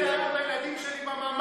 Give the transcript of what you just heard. תספר את זה היום לילדים שלי בממ"ד.